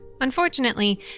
Unfortunately